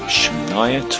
Shania